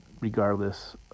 regardless